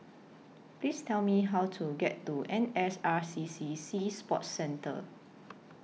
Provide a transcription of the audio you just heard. Please Tell Me How to get to N S R C C Sea Sports Centre